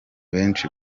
benshi